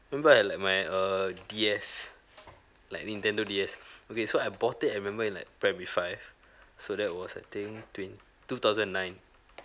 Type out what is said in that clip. remember I like my err D_S like nintendo D_S okay so I bought it I remember in like primary five so that was I think twen~ two thousand and nine